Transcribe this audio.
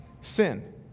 Sin